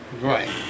Right